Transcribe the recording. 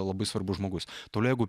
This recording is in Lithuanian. labai svarbus žmogus toliau jeigu